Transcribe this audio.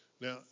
Now